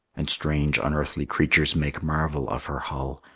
and strange unearthly creatures make marvel of her hull,